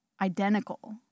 identical